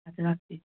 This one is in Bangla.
আচ্ছা রাখছি